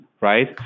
right